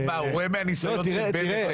הוא רואה מהניסיון של בנט.